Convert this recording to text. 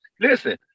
Listen